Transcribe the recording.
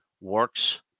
works